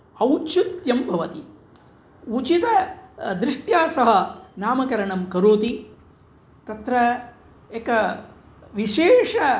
औचित्यं भवति उचितं दृष्ट्या सः नामकरणं करोति तत्र एकः विशेषः